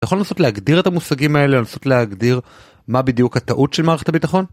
יכול לנסות להגדיר את המושגים האלה לנסות להגדיר מה בדיוק הטעות של מערכת הביטחון?